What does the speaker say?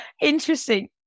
interesting